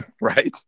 right